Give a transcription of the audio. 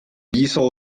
diesel